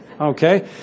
okay